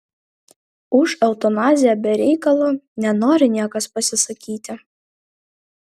už eutanaziją be reikalo nenori niekas pasisakyti